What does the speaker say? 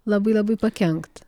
labai labai pakenkt